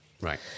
Right